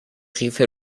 قیف